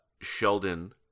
Sheldon